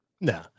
no